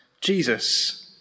Jesus